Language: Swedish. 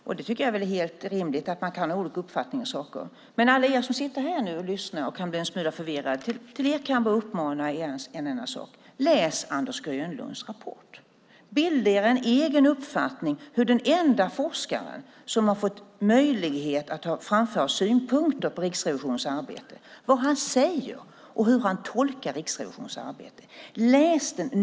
Jag tycker att det är helt rimligt att man kan ha olika uppfattning om saker, men jag vill uppmana alla er som sitter här och lyssnar och kan bli en smula förvirrade: Läs Anders Grönlunds rapport, och bilda er en egen uppfattning om vad den enda forskaren som har fått möjlighet att framföra synpunkter på Riksrevisionens arbete säger och hur han tolkar Riksrevisionens arbete. Läs den!